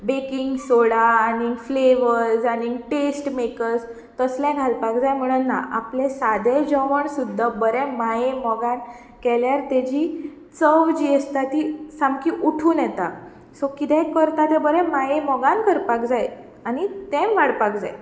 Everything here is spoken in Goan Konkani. बेकिंग सोडा आनी फ्लेवर्स आनी टेस्ट मेकर्स तसलें घालपाक जाय म्हण ना आपलें सादें जेवण सुद्दां बरें माये मोगान केल्यार तेची चव जी आसता ती सामकी उठून येता सो कितेंय करता तें बरें माये मोगान करपाक जाय आनी तें वाडपाक जाय